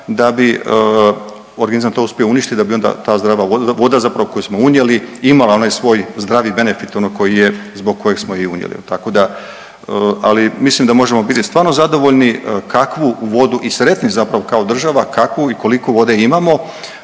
da bi organizam to uspio uništiti da bi onda ta zdrava voda zapravo koju smo unijeli imala onaj svoj zdravi benefit ono koji je, zbog kojeg smo je i unijeli, tako da, ali mislim da možemo biti stvarno zadovoljni kakvu vodu i sretni zapravo kao država kakvu i koliko vode imamo